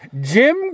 Jim